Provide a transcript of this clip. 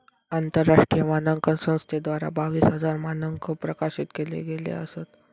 आंतरराष्ट्रीय मानांकन संस्थेद्वारा बावीस हजार मानंक प्रकाशित केले गेले असत